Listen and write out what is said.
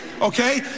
Okay